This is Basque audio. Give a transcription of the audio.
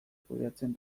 kudeatzen